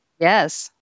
Yes